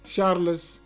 Charles